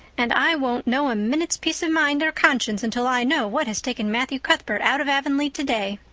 and i won't know a minute's peace of mind or conscience until i know what has taken matthew cuthbert out of avonlea today.